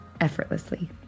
effortlessly